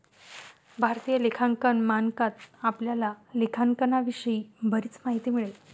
भारतीय लेखांकन मानकात आपल्याला लेखांकनाविषयी बरीच माहिती मिळेल